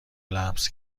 لمس